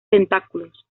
tentáculos